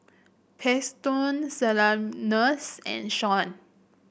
Paxton Sylvanus and Shaun